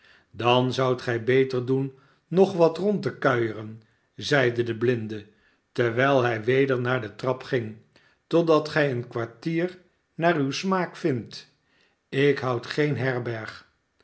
dan zoudt gij beter doen nog wat rond te kuieren zeide de blinde terwijl hij weder naar de trap ging totdat gij een kwartier naar uw smaak vindt ik houdgeen herberg